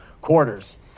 quarters